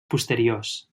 posteriors